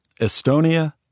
Estonia